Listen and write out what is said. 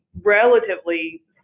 relatively